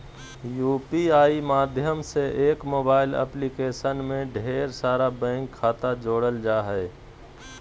UPI माध्यम से एक मोबाइल एप्लीकेशन में ढेर सारा बैंक खाता जोड़ल जा हय